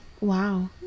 Wow